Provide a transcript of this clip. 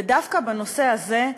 ודווקא בנושא הזה,